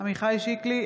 עמיחי שיקלי,